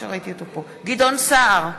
גדעון סער,